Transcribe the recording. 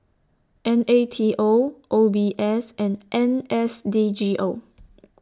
N A T O O B S and N S D G O